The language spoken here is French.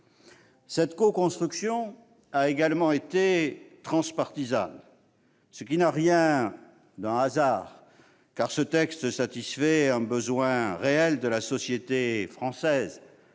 Cette coconstruction a également été transpartisane, ce qui n'a rien d'un hasard, car ce texte satisfait un besoin réel de la société française